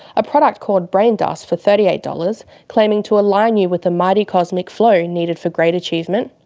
a product called brain dust for thirty eight dollars claiming to align you with the mighty cosmic flow needed for great achievement,